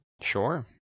Sure